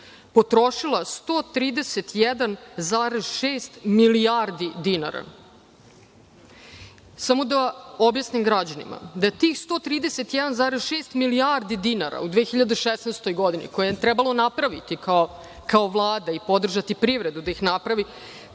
potrošila 131,6 milijardi dinara. Samo da objasnim građanima da tih 131,6 milijardi dinara u 2016. godini, koje je trebalo napraviti kao Vlada i podržati privredu da ih napravi